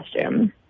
costume